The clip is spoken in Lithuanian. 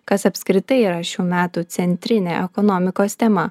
kas apskritai yra šių metų centrinė ekonomikos tema